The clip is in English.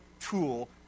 tool